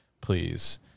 please –